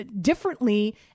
differently